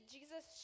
Jesus